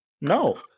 No